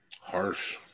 Harsh